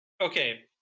Okay